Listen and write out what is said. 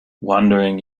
wandering